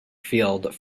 field